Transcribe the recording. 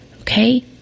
Okay